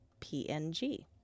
PNG